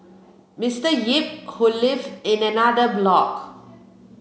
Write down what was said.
Mister Yip who lived in another block